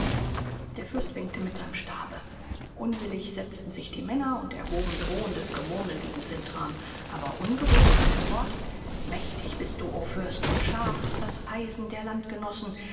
der fürst winkte mit seinem stabe unwillig setzten sich die männer und erhoben drohendes gemurmel gegen sintram aber ungerührt fuhr er fort mächtig bist du o fürst und scharf ist das eisen der